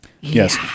Yes